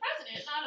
president